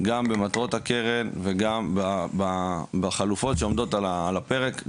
גם במטרות הקרן וגם בחלופות שעומדות על הפרק,